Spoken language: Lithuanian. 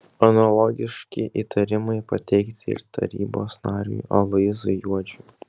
analogiški įtarimai pateikti ir tarybos nariui aloyzui juodžiui